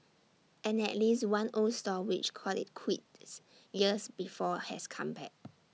and at least one old stall which called IT quits years before has come back